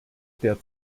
der